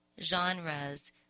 genres